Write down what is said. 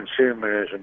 consumerism